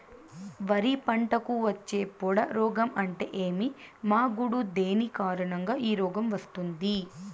వరి పంటకు వచ్చే పొడ రోగం అంటే ఏమి? మాగుడు దేని కారణంగా ఈ రోగం వస్తుంది?